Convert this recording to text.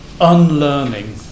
Unlearning